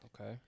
Okay